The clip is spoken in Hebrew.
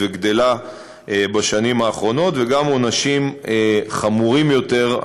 וגדלה בשנים האחרונות וגם עונשים חמורים יותר,